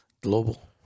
global